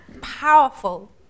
powerful